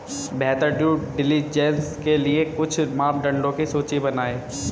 बेहतर due diligence के लिए कुछ मापदंडों की सूची बनाएं?